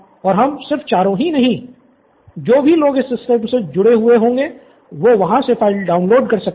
और हम सिर्फ चारों ही नहीं जो भी लोग सिस्टम से जुड़े हुए है वो वहाँ से फ़ाइल डाउनलोड कर सकते हैं